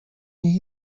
nich